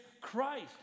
Christ